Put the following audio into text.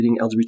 LGBT